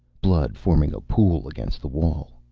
blood forming a pool against the wall.